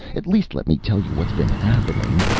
at least let me tell you what's been happening.